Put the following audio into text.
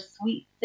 sweet